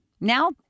Now